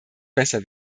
besser